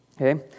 okay